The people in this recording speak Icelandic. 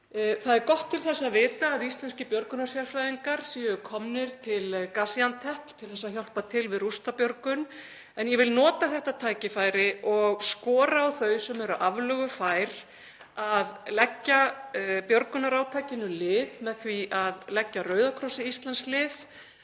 Það er gott til þess að vita að íslenskir björgunarsérfræðingar séu komnir til Gaziantep til að hjálpa til við rústabjörgun, en ég vil nota þetta tækifæri og skora á þau sem eru aflögufær að leggja björgunarátakinu lið með því að leggja Rauða krossi Íslands lið.